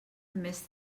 més